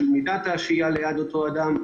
כגון מידת השהייה ליד אותו אדם,